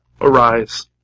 arise